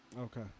Okay